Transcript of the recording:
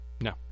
No